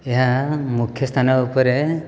ଏହା ମୁଖ୍ୟ ସ୍ଥାନ ଉପରେ